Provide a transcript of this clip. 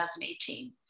2018